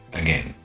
Again